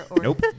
Nope